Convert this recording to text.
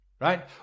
right